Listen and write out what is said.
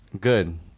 good